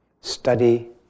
Study